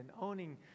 owning